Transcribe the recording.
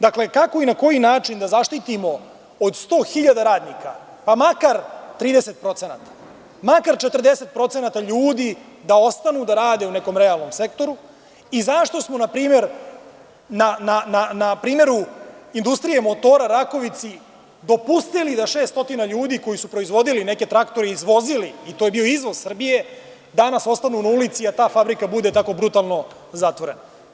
Dakle, kako i na koji način da zaštitimo 100.000 radnika, pa makar 30%, makar 40% ljudi da ostane da radi u nekom realnom sektoru i zašto smo na primeru IMR dopustili da 600 ljudi, koji su proizvodili neke traktore, izvozili, to je bio izvoz, danas ostanu na ulici, a ta fabrika bude tako brutalno zatvorena?